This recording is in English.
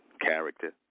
character